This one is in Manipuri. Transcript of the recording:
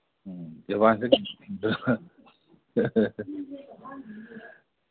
ꯎꯝ ꯑꯦꯚꯥꯟꯁ